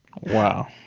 Wow